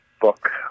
Book